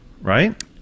right